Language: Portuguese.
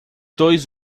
dois